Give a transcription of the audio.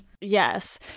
yes